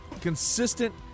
consistent